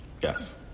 Yes